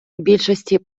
більшості